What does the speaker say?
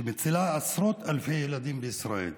שמצילה עשרות אלפי ילדים בישראל,